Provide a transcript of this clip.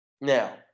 Now